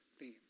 Theme